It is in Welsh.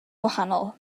gwahanol